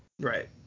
Right